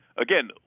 Again